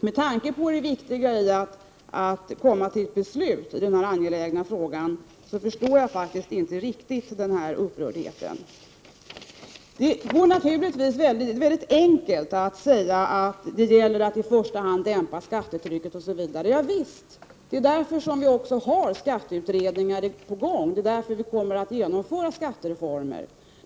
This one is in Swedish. Med tanke på hur viktigt det är att komma till ett beslut i denna angelägna fråga, förstår jag inte riktigt denna upprördhet. Det är naturligtvis mycket enkelt att säga att det i första hand gäller att dämpa skattetrycket osv. Javisst, det är därför vi har skatteutredningar på gång, det är därför vi kommer att genomföra skattereformer.